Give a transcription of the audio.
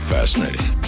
Fascinating